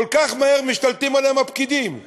כל כך מהר משתלטים עליהם הפקידים?